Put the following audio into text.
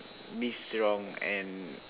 mix around and